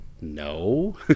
No